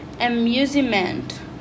amusement